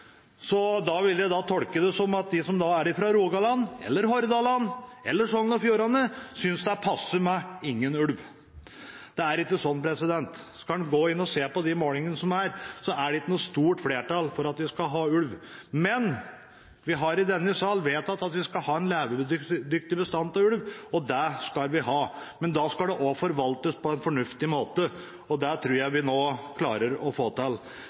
så jeg vil tolke det sånn at de som er fra Rogaland – eller fra Hordaland eller fra Sogn og Fjordane – synes det er passe med ingen ulv. Det er ikke sånn. Går en inn og ser på de målingene som er, ser en at det er ikke noe stort flertall for at vi skal ha ulv. Men vi har i denne sal vedtatt at vi skal ha en levedyktig bestand av ulv. Det skal vi ha, men da skal det forvaltes på en fornuftig måte. Det tror jeg vi nå klarer å få til.